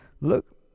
look